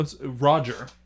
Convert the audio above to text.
Roger